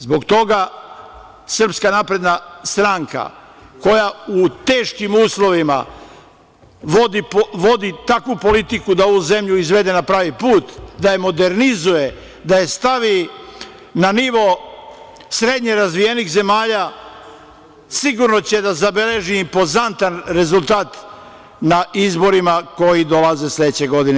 Zbog toga SNS, koja u teškim uslovima vodi takvu politiku da ovu zemlju izvede na pravi put, da je modernizuje, da je stavi na nivo srednje razvijenih zemalja, sigurno će da zabeleži impozantan rezultat na izborima koji dolaze sledeće godine.